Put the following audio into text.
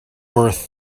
worth